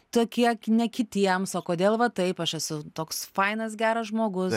tokie ne kitiems o kodėl va taip aš esu toks fainas geras žmogus